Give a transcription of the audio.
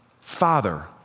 Father